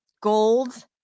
gold